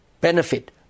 benefit